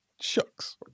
Shucks